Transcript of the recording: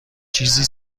چیزی